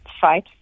fight